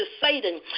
Satan